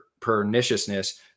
perniciousness